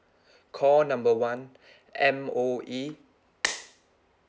call number one M_O_E